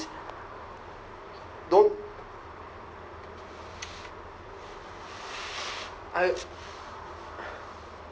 don't I